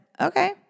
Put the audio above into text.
okay